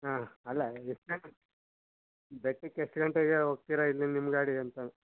ಹಾಂ ಅಲ್ಲ ಎಷ್ಟು ಗಂಟೆ ಬೆಟ್ಟಕ್ಕೆ ಎಷ್ಟು ಗಂಟೆಗೆ ಹೋಗ್ತೀರ ಇಲ್ಲಿ ನಿಮ್ಮ ಗಾಡಿ ಅಂತ